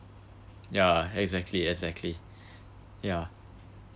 yeah exactly exactly yeah